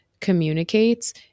communicates